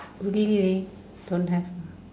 really leh don't have lah